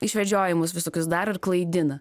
išvedžiojimus visokius daro ir klaidina